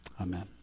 Amen